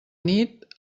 nit